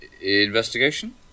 investigation